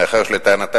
מאחר שלטענתם